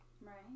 Right